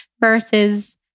versus